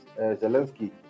Zelensky